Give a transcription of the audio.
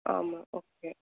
ஆமாம் ஓகே